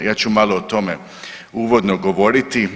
Ja ću malo o tome uvodno govoriti.